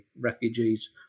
refugees